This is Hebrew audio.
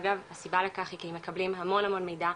הסיבה לכך היא כי הם מקבלים המון המון מידע,